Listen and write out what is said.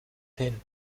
hin